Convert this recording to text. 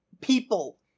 people